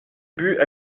but